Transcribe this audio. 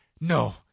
No